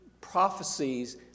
prophecies